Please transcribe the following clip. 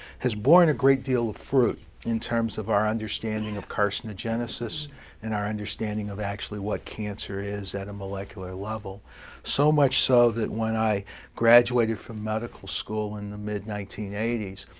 has borne a great deal of fruit, in terms of our understanding of carcinogenesis and our understanding of actually what cancer is at a molecular level so much so that when i graduated from medical school in the mid nineteen eighty s,